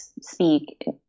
speak